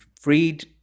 freed